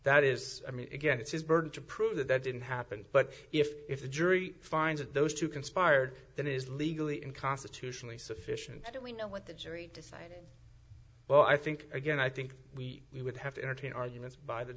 that is i mean again it's his burden to prove that that didn't happen but if if the jury finds that those two conspired then is legally and constitutionally sufficient and we know what the jury decided well i think again i think we we would have to entertain arguments by the